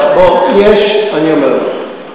אני אומר לך,